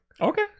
okay